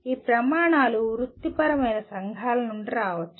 ఈ ప్రమాణాలు వృత్తిపరమైన సంఘాల నుండి రావచ్చు